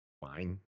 fine